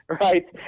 right